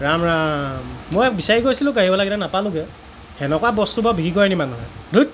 ৰাম ৰাম মই বিছাৰি গৈছিলোঁ গাড়ীঅলাকেইটাক নাপালোগৈ সেনেকুৱা বস্তু বাৰু বিক্ৰী কৰে নি মানুহে ধইত